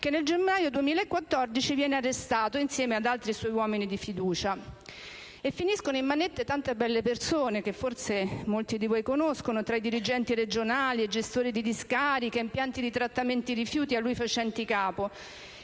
che nel gennaio del 2014 viene arrestato, insieme ad altri suoi uomini di fiducia. Finiscono in manette tante belle persone, che forse molti di voi conoscono, tra dirigenti regionali e gestori di discariche e impianti di trattamento dei rifiuti a lui facenti capo,